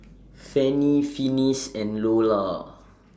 Fanny Finis and Lolla